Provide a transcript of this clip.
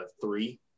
three